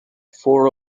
four